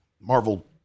Marvel